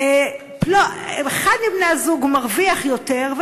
אחד מבני-הזוג מרוויח יותר,